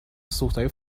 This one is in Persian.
سوختهای